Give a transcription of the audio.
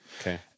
Okay